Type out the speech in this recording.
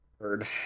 Heard